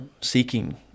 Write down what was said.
seeking